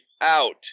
out